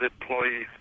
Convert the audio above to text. employees